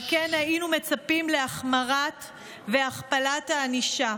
על כן, היינו מצפים להחמרת והכפלת הענישה.